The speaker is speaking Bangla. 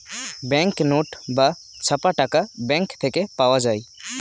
ব্যাঙ্ক নোট বা ছাপা টাকা ব্যাঙ্ক থেকে পাওয়া যায়